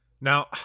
Now